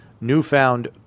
newfound